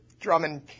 Drummond